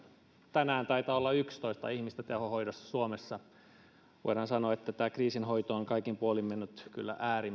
tänään taitaa olla yksitoista ihmistä tehohoidossa suomessa voidaan sanoa että tämä kriisin hoito on kaikin puolin mennyt kyllä äärimmäisen